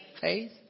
faith